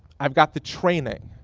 i've got the training,